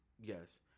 Yes